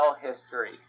history